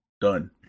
Done